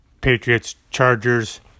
Patriots-Chargers